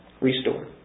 Restore